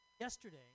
Yesterday